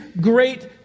great